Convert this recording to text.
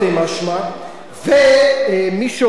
ומי שאומר את הדברים הוא לא אני,